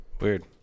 weird